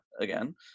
again